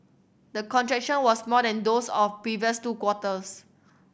the contraction was small than those of previous two quarters